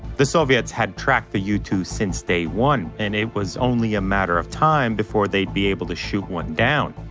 the soviets had tracked the u two since day one, and it was only a matter of time before they'd be able to shoot one down.